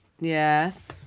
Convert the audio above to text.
Yes